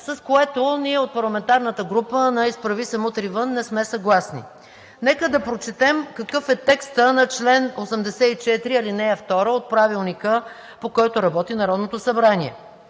с което ние от парламентарната група на „Изправи се! Мутри вън!“ не сме съгласни. Нека да прочетем какъв е текстът на чл. 84, ал. 2 от Правилника, по който работи Народното събрание: